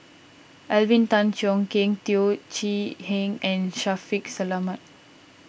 Alvin Tan Cheong Kheng Teo Chee Hean and Shaffiq Selamat